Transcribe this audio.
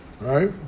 right